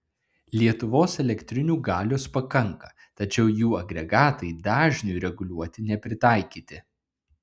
lietuvos elektrinių galios pakanka tačiau jų agregatai dažniui reguliuoti nepritaikyti